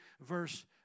verse